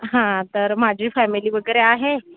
हां तर माझी फॅमिली वगैरे आहे